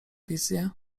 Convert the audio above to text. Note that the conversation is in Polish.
wizje